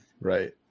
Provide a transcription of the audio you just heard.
Right